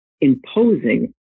imposing